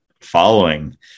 following